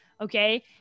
okay